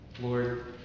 Lord